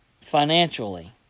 financially